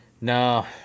No